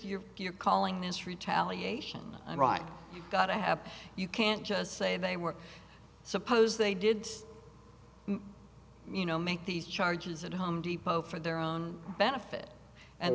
you're you're calling this retaliation i'm right you got to have you can't just say they were suppose they did you know make these charges at home depot for their own benefit and